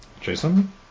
Jason